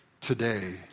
Today